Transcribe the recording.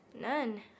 None